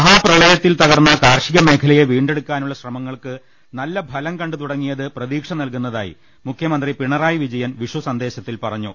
മഹാപ്രളയത്തിൽ തകർന്ന കാർഷിക മേഖലയെ വീണ്ടെടുക്കാ നുള്ള ശ്രമങ്ങൾക്ക് നല്ല ഫലം കണ്ടുതുടങ്ങിയത് പ്രതീക്ഷ നൽകു ന്നതായി മുഖ്യമന്ത്രി പിണറായ വിജയൻ വിഷുദിന സന്ദേശത്തിൽ പറഞ്ഞു